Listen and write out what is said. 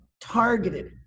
targeted